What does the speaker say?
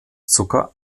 zucker